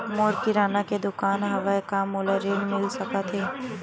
मोर किराना के दुकान हवय का मोला ऋण मिल सकथे का?